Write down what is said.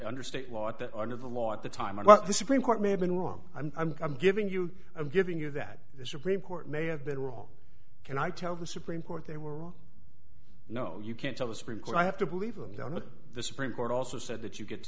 under state law at that under the law at the time and the supreme court may have been wrong i'm giving you i'm giving you that the supreme court may have been wrong can i tell the supreme court they were wrong no you can't tell the supreme court i have to believe i'm down on the supreme court also said that you get t